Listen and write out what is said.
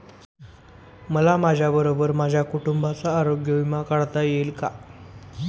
मला माझ्याबरोबर माझ्या कुटुंबाचा आरोग्य विमा काढता येईल का?